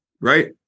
right